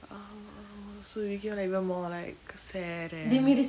oh so it became like even more like sad and